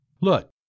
Look